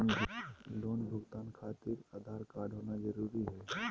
Loan भुगतान खातिर Aadhaar card होना जरूरी है?